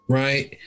right